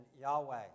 Yahweh